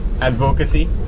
advocacy